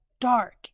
dark